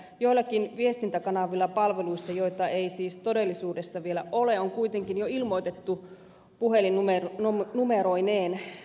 joillakin viestintäkanavilla palveluista joita ei siis todellisuudessa vielä ole on kuitenkin jo ilmoitettu puhelinnumeroineen